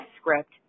script